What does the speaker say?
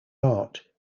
art